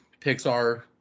Pixar